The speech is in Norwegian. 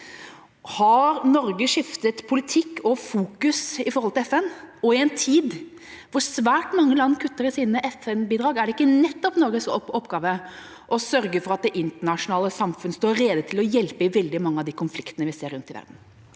Har Norge skiftet politikk og fokus i forhold til FN? Og i en tid hvor svært mange land kutter i sine FN-bidrag, er det ikke nettopp Norges oppgave å sørge for at det internasjonale samfunn står rede til å hjelpe i veldig mange av de konfliktene vi ser rundt i verden?